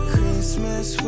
Christmas